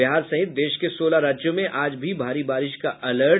बिहार सहित देश के सोलह राज्यों में आज भी भारी बारिश का अलर्ट